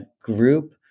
group